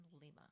Lima